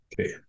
Okay